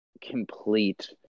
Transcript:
complete